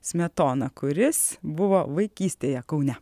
smetona kuris buvo vaikystėje kaune